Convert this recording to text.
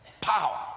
power